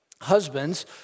Husbands